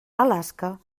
alaska